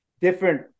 different